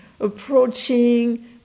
approaching